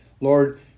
Lord